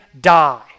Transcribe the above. die